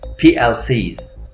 PLCs